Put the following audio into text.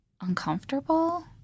uncomfortable